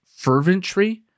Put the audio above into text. ferventry